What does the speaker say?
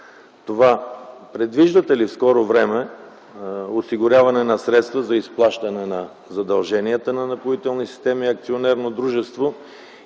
това: предвиждате ли в скоро време осигуряване на средства за изплащане на задълженията на „Напоителни системи” АД и за ремонт